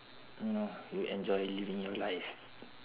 know you enjoy living your life